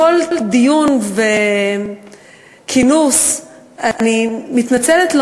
בכל דיון וכינוס אני מתנצלת,